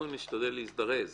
אנחנו נשתדל להזדרז,